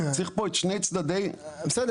צריך פה את שני צדדי --- בסדר.